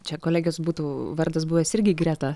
čia kolegės būtų vardas buvęs irgi greta